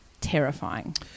terrifying